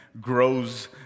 grows